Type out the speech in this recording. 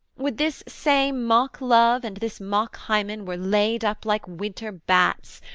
would this same mock-love, and this mock-hymen were laid up like winter bats,